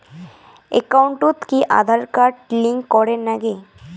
একাউন্টত কি Aadhaar card link করের নাগে?